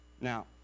Now